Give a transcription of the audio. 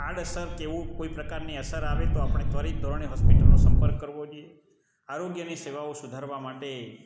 આડઅસર કે એવું કોઈ પ્રકારની અસર આવે તો આપણે ત્વરિત ધોરણે હોસ્પિટલનો સંપર્ક કરવો જોઈએ આરોગ્યની સેવાઓ સુધારવા માટે